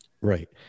Right